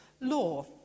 law